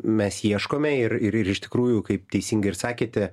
mes ieškome ir ir iš tikrųjų kaip teisingai ir sakėte